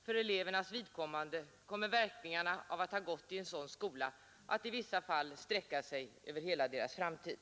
För elevernas vidkommande kommer verkningarna av att ha gått i en sådan skola att i vissa fall sträcka sig över hela deras framtid.